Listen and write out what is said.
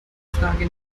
frage